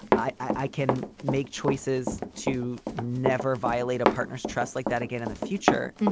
i can make choices to never violate a partners trust like that again in the future.